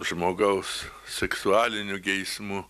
žmogaus seksualinių geismų